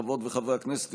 חברות וחברי הכנסת,